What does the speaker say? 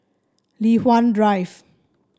Li Hwan Drive